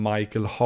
Michael